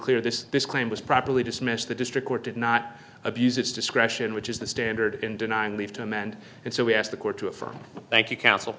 clear this this claim was properly dismissed the district court did not abuse its discretion which is the standard in denying leave to amend and so we asked the court to affirm thank you counsel